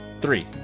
Three